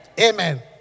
Amen